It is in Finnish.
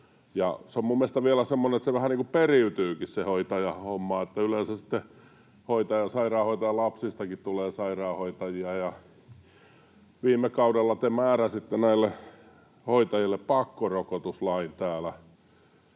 vähän niin kuin periytyykin se hoitajan homma, että yleensä sairaanhoitajan lapsistakin tulee sairaanhoitajia. Viime kaudella te määräsitte näille hoitajille pakkorokotuslain täällä.